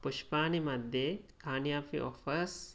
पुष्पानि मध्ये कानि अपि आफ़र्स्